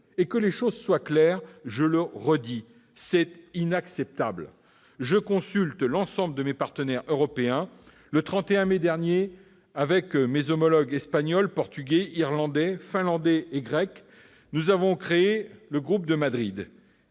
dit dès le premier jour, et je le redis : c'est inacceptable ! Je consulte l'ensemble de mes partenaires européens. Le 31 mai dernier, avec mes homologues espagnol, portugais, irlandais, finlandais et grec, nous avons créé le groupe de Madrid,